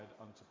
unto